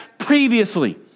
previously